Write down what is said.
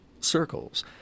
circles